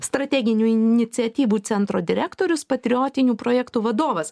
strateginių iniciatyvų centro direktorius patriotinių projektų vadovas